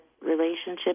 Relationship